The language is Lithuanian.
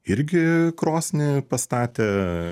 irgi krosnį pastatė